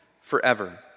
forever